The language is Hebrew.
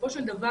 בסופו של דבר,